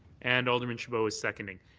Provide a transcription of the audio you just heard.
and alderman chabot is second.